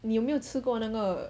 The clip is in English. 你有没有吃过那个